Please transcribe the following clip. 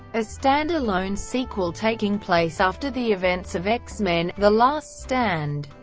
a stand-alone sequel taking place after the events of x-men the last stand,